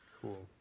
Cool